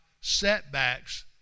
setbacks